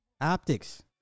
Optics